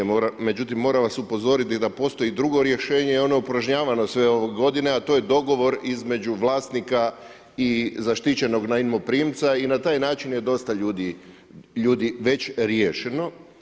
Međutim, moram vas upozoriti da postoji drugo rješenje i ono je upražnjavano sve ove godine, a to je dogovor između vlasnika i zaštićenog najmoprimca i na taj način je dosta ljudi već riješeno.